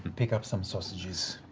pick up some sausages.